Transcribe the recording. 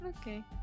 Okay